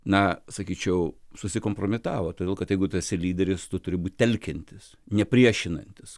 na sakyčiau susikompromitavo todėl kad jeigu tu esi lyderis tu turi būt telkiantis ne priešinantis